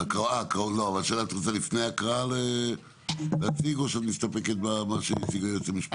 את רוצה להציג משהו לפני ההקראה או שאת מסתפקת במה שהציג היועץ המשפטי?